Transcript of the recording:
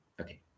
okay